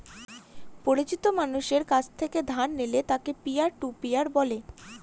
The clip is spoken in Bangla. পরিচিত মানষের কাছ থেকে ধার নিলে তাকে পিয়ার টু পিয়ার বলে